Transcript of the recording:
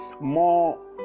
more